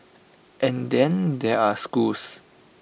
and then there are schools